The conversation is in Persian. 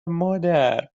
مادر